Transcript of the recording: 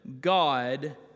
God